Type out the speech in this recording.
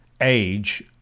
age